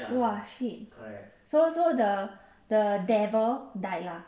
!wah! shit so so the the devil died ah